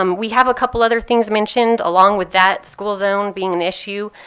um we have a couple other things mentioned. along with that school zone being an issue,